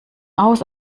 aus